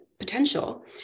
potential